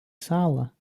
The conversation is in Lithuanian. salą